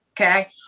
okay